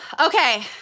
Okay